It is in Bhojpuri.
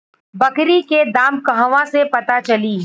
बकरी के दाम कहवा से पता चली?